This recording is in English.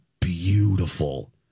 beautiful